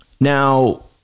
Now